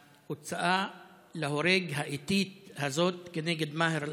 להוצאה להורג האיטית הזאת כנגד מאהר אל-אח'רס.